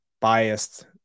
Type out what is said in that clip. biased